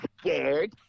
scared